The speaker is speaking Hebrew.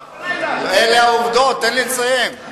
תן לי לסיים.